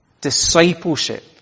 discipleship